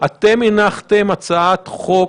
אתם הנחתם הצעת חוק